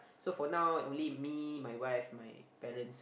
so for now only me my wife my parents